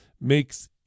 makes